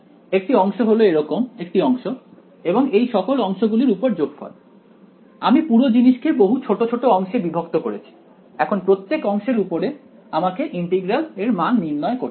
একটি অংশ হল এরকম একটি অংশ এবং এই সকল অংশগুলির উপর যোগফল আমি পুরো জিনিসকে বহু ছোট ছোট অংশে বিভক্ত করেছি এখন প্রত্যেক অংশের উপর আমাকে ইন্টিগ্রাল এর মান নির্ণয় করতে হবে